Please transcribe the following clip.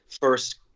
first